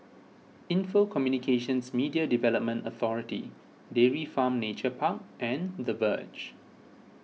Info Communications Media Development Authority Dairy Farm Nature Park and the Verge